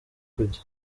kujya